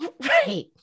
Right